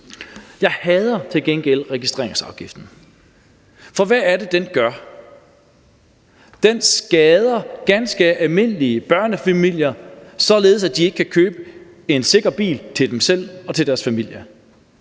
Jeg hader til gengæld registreringsafgiften, for hvad er det, den gør? Den skader ganske almindelige børnefamilier, således at de ikke kan købe en sikker bil til dem selv og deres familie.